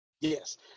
Yes